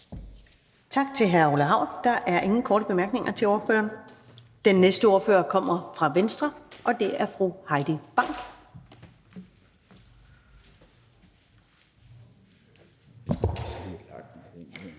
Tak til hr. Orla Hav. Der er ingen korte bemærkninger til ordføreren. Den næste ordfører kommer fra Venstre, og det er fru Heidi Bank. Kl.